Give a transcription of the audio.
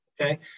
Okay